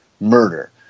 murder